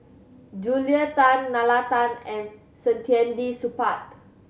Julia Tan Nalla Tan and Saktiandi Supaat